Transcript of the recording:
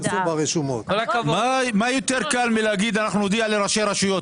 מה יותר קל מאשר להגיד: אנחנו נודיע לראשי הרשויות?